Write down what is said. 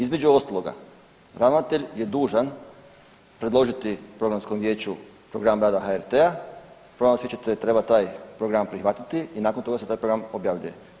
Između ostaloga, ravnatelj je dužan predložiti Programskom vijeću program rada HRT-a, Programsko vijeće treba taj program prihvatiti i nakon toga se taj program objavljuje.